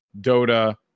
Dota